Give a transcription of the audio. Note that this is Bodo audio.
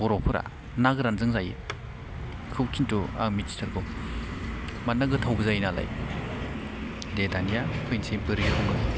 बर'फोरा ना गोरानजों जायो बेखौ खिन्थु आं मिथिथारगौ मानोना गोथावबो जायो नालाय दे दानिया फैनोसै बोरै सङो